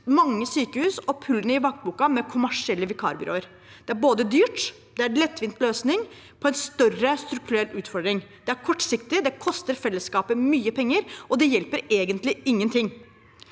mange sykehus hullene i vaktboka med kommersielle vikarbyråer. Det er dyrt, og det er en lettvint løsning på en større strukturell utfordring. Det er kortsiktig, det koster fellesskapet mye penger, og det hjelper egentlig ingen ting.